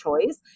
choice